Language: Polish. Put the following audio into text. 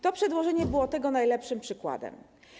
To przedłożenie było tego najlepszym przykładem.